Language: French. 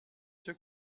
ceux